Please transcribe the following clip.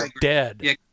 dead